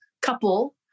couple